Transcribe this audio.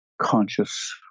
conscious